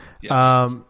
Yes